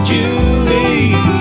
Julie